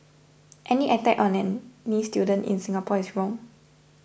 any attack on any student in Singapore is wrong